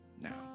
now